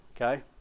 okay